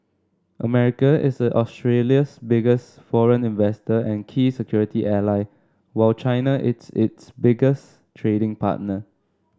America is a Australia's biggest foreign investor and key security ally while China is its biggest trading partner